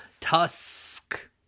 Tusk